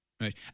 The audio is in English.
Right